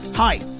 Hi